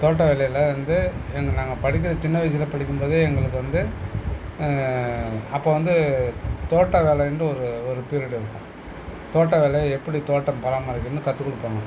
தோட்ட வேலையில வந்து எங்க நாங்கள் படிக்கிற சின்ன வயசில் படிக்கும்போதே எங்களுக்கு வந்து அப்போ வந்து தோட்டம் வேலைன்னு ஒரு ஒரு பீரியடு இருக்கும் தோட்ட வேலை எப்படி தோட்டம் பராமரிக்கணுன்னு கற்றுக்குடுப்பாங்க